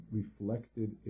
reflected